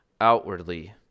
outwardly